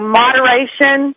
moderation